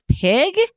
pig